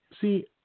see